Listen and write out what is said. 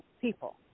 people